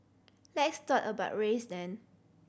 let's talk about race then